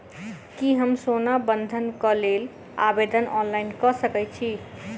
की हम सोना बंधन कऽ लेल आवेदन ऑनलाइन कऽ सकै छी?